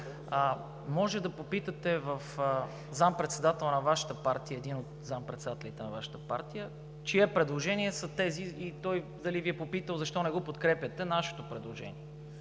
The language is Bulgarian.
Можете да попитате един от заместник-председателите на Вашата партия чие предложение са тези и той дали Ви е попитал защо не подкрепяте нашето предложение,